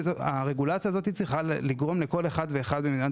הרגולציה הזו צריכה לגרום לכל אחד ואחד במדינת